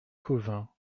cauvin